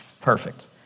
Perfect